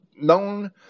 known